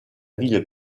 ville